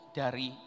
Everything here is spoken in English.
dari